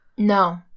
no